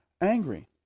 angry